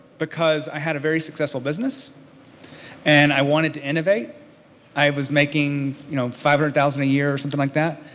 because i had a very successful business and i wanted to innovate i was making you know five hundred thousand dollars a year or something like that.